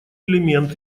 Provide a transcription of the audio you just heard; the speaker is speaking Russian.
элемент